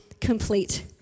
complete